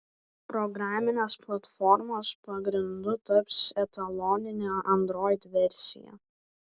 programinės platformos pagrindu taps etaloninė android versija